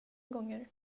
gånger